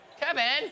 Kevin